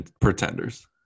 pretenders